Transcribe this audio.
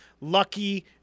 lucky